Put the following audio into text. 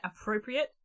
appropriate